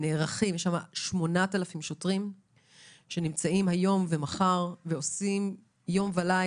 יש שם 8,000 שוטרים שנמצאים היום ומחר ועושים יום וליל